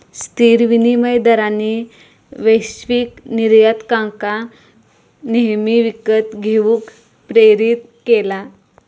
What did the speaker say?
स्थिर विनिमय दरांनी वैश्विक निर्यातकांका नेहमी विकत घेऊक प्रेरीत केला